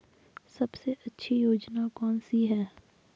सबसे अच्छी योजना कोनसी है?